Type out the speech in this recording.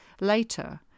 Later